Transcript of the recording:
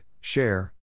Share